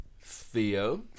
Theo